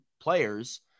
players